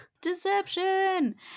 Deception